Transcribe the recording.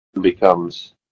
becomes